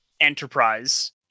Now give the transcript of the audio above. Enterprise